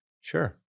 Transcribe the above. sure